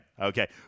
Okay